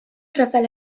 rhyfel